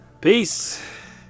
Peace